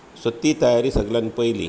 so ती तयारी सगल्यांत पयली